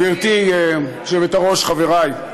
גברתי היושבת-ראש, חברי,